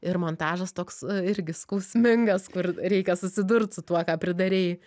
ir montažas toks irgi skausmingas kur reikia susidurt su tuo ką pridarei